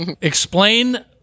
explain